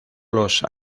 los